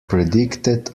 predicted